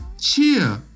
cheer